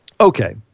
Okay